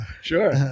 Sure